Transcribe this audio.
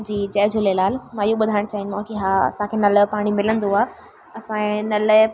जी जय झूलेलाल मां इहो ॿुधाइणु चाहींदो आहियां की हा असांखे नल जो पाणी मिलंदो आहे असांजे नल जे